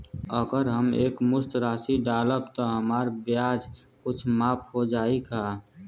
अगर हम एक मुस्त राशी डालब त हमार ब्याज कुछ माफ हो जायी का?